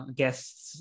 guests